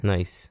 Nice